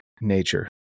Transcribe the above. nature